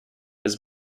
his